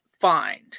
find